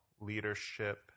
leadership